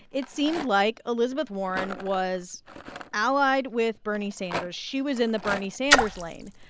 it seemed like elizabeth warren was allied with bernie sanders. she was in the bernie sanders lane.